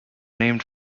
named